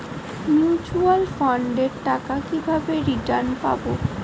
Mutual ফান্ডের টাকা কিভাবে রিটার্ন পাব?